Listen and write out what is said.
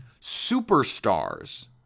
Superstars